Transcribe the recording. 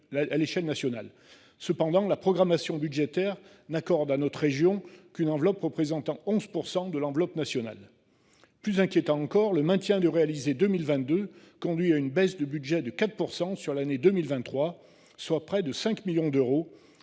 Cependant, la programmation budgétaire n’accorde à la région qu’une enveloppe représentant 11,7 % de l’enveloppe nationale. Plus inquiétant encore, le maintien du réalisé 2022 conduit à une baisse de budget de 4 % sur 2023, soit près de 5 millions d’euros,